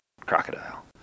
crocodile